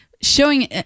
showing